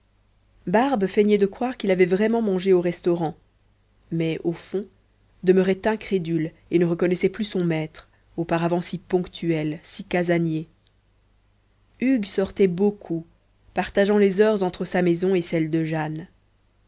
barbe feignait de croire qu'il avait vraiment mangé au restaurant mais au fond demeurait incrédule et ne reconnaissait plus son maître auparavant si ponctuel si casanier hugues sortait beaucoup partageant les heures entre sa maison et celle de jane